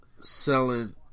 selling